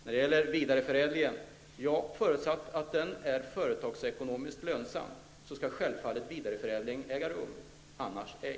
Förutsatt att vidareförädlingen är företagsekonomisk lönsam skall den självfallet äga rum, annars ej.